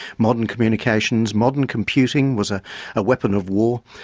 modern communications, modern computing was a weapon of war.